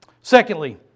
Secondly